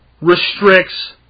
restricts